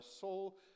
soul